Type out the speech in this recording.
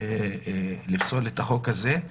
לפסול את החוק הזה.